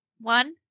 One